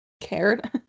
cared